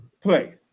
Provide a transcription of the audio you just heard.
Play